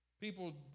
People